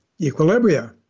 equilibria